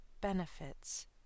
benefits